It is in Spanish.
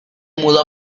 mudó